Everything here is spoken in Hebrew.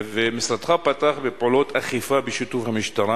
ומשרדך פתח בפעולות אכיפה בשיתוף המשטרה.